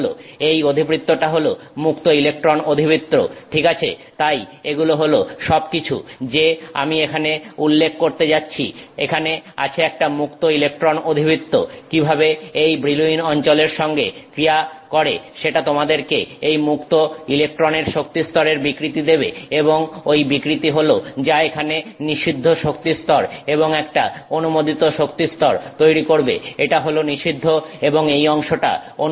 এই অধিবৃত্তটা হল মুক্ত ইলেকট্রন অধিবৃত্ত ঠিক আছে তাই এগুলো হলো সবকিছু যে আমি এখানে উল্লেখ করতে যাচ্ছি এখানে আছে একটা মুক্ত ইলেকট্রন অধিবৃত্ত কিভাবে এটা ব্রিলউইন অঞ্চলের সঙ্গে ক্রিয়া করে সেটা তোমাদেরকে এই মুক্ত ইলেকট্রনের শক্তিস্তরের বিকৃতি দেবে এবং ঐ বিকৃতি হল যা এখানে নিষিদ্ধ শক্তিস্তর এবং একটা অনুমোদিত শক্তিস্তর তৈরি করবে এটা হল নিষিদ্ধ এবং এই অংশটা অনুমোদিত